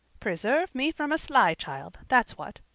preserve me from a sly child, that's what.